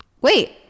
Wait